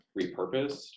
repurposed